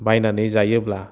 बायनानै जायोब्ला